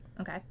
okay